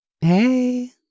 hey